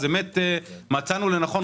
מצאנו לנכון,